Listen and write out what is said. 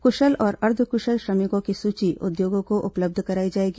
क्शल और अर्द्वक्शल श्रमिकों की सूची उद्योगों को उपलब्ध कराई जाएगी